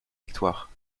victoire